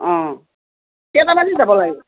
অ কেইটা বাজি যাব লাগিব